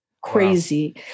crazy